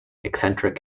eccentric